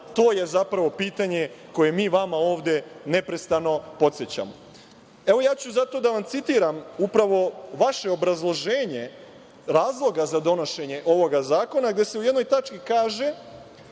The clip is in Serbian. To su zapravo pitanja koja mi vas ovde neprestano podsećamo. Ja ću zato da vam citiram upravo vaše obrazloženje razloga za donošenje ovoga zakona, gde se u jednoj tački kaže